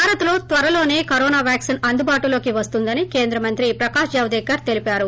భారత్లో త్వరలోసే corona vaccine అందుబాటులోకి వస్తుందని కేంద్రమంత్రి ప్రకాశ్ జావడేకర్ తెలిపారు